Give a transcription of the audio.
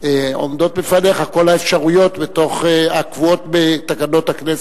עומדות בפניך כל האפשרויות הקבועות בתקנון הכנסת.